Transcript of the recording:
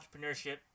entrepreneurship